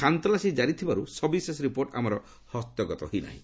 ଖାନ୍ତଲାସୀ କାରି ଥିବାରୁ ସବିଶେଷ ରିପୋର୍ଟ ଆମର ହସ୍ତଗତ ହୋଇ ନାହିଁ